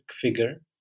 figure